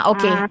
Okay